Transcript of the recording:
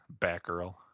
Batgirl